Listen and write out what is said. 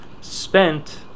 spent